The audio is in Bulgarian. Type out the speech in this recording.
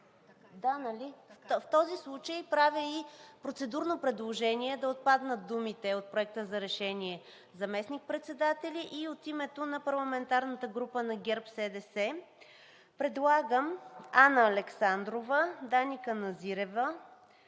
В този случай правя и процедурно предложение да отпаднат думите от Проекта за решение „заместник-председатели“. От името на парламентарната група на ГЕРБ-СДС предлагам Анна Александрова, Дани Каназирева,